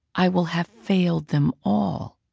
i will have failed them all,